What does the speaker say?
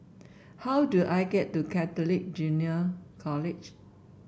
how do I get to Catholic Junior College